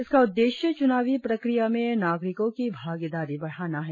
इसका उद्देश्य चुनावी प्रक्रिया में नागरिकों की भागीदारी बढ़ाना है